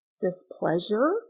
displeasure